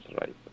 right